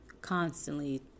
constantly